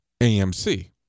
AMC